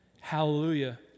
hallelujah